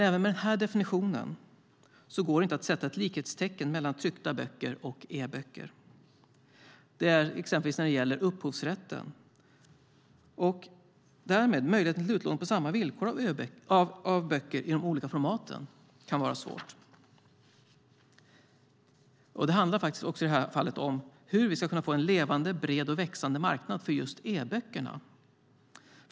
Även med denna definition går det dock inte att sätta ett likhetstecken mellan tryckta böcker och e-böcker exempelvis när det gäller upphovsrätten. Därmed kan utlåning på samma villkor av böcker i de olika formaten vara svårt. Det handlar i det här fallet också om hur vi ska kunna få en levande, bred och växande marknad för just e-böckerna.